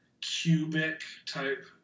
cubic-type